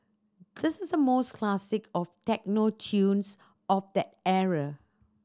this is the most classic of techno tunes of that era